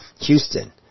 Houston